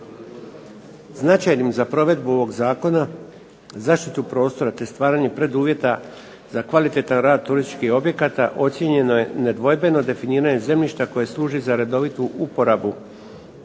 Značajnim za provedbu ovog zakona zaštitu prostora te stvaranjem preduvjeta za kvalitetan rad turističkih objekata ocijenjeno je nedvojbeno definiranje zemljišta koje služi za redovitu uporabu